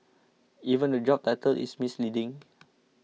even the job title is misleading